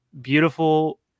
Beautiful